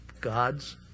God's